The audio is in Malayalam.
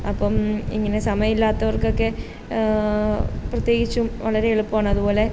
അപ്പം ഇങ്ങനെ സമയമില്ലാത്തവർകൊക്കെ പ്രത്യേകിച്ചും വളരെ എളുപ്പമാണ് അതുപോലെ